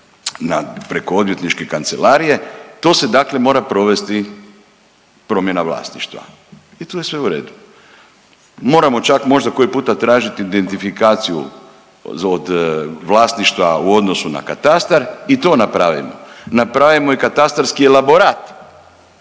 preko odvjetničke kancelarije to se dakle mora provesti promjena vlasništva i tu je sve u redu. Moramo čak možda koji puta tražiti identifikaciju od vlasništva u odnosu na katastar i to napravimo, napravimo i katastarski elaborat